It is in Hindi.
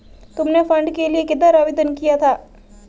तुमने फंड के लिए किधर आवेदन किया था?